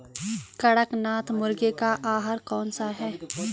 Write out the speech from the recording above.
कड़कनाथ मुर्गे का आहार कौन सा है?